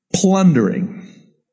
plundering